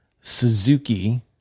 Suzuki